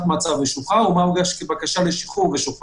טרם פקיעת מעצרו של החשוד